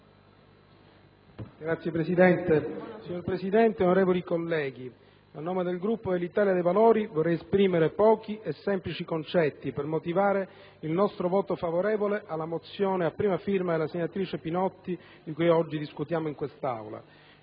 GIAMBRONE *(IdV)*. Signora Presidente, onorevoli colleghi, a nome del Gruppo dell'Italia dei Valori vorrei esprimere pochi e semplici concetti per motivare il nostro voto favorevole alla mozione, avente come prima firmataria la senatrice Pinotti, di cui oggi discutiamo in quest'Aula.